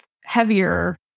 heavier